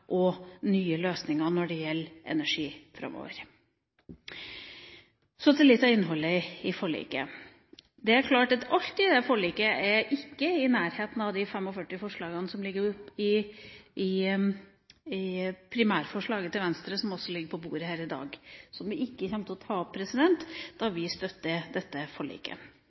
løsninger, nye produkter og nye løsninger når det gjelder energi, framover. Så til litt av innholdet i forliket. Det er klart at alt i forliket er ikke i nærheten av de 45 forslagene som ligger i primærforslaget til Venstre, som ligger på bordet her i dag, men som vi ikke kommer til å ta opp, da vi støtter dette forliket.